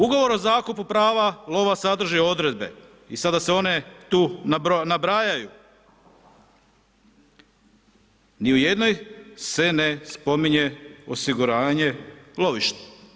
Ugovor o zakupu prava lova sadrži odredbe i sada se one tu nabrajaju, ni u jednoj se ne spominje osiguranje lovišta.